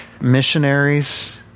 missionaries